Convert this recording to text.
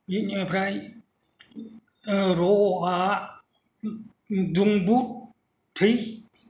बेनिफ्राय 'र' आ दुंब्रुद थै